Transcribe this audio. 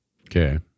okay